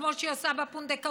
כמו שהיא עושה בפונדקאות,